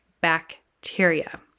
bacteria